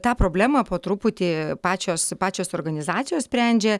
tą problemą po truputį pačios pačios organizacijos sprendžia